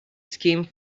scheme